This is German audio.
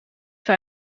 für